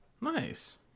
nice